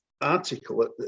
article